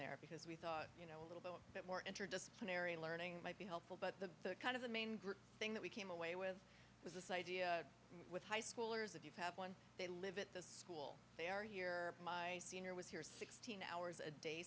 there because we thought you know a little bit more interdisciplinary learning might be helpful but the kind of the main group thing that we came away with was this idea with high schoolers if you have one they live at the school they are here my senior was sixteen hours a day